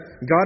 God